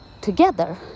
together